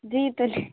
جی تو